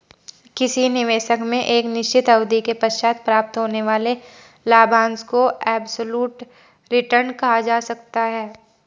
किसी निवेश में एक निश्चित अवधि के पश्चात प्राप्त होने वाले लाभांश को एब्सलूट रिटर्न कहा जा सकता है